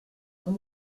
com